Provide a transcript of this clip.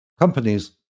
Companies